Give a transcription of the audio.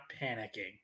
panicking